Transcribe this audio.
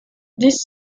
this